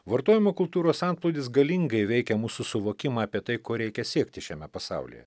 vartojimo kultūros antplūdis galingai veikė mūsų suvokimą apie tai ko reikia siekti šiame pasaulyje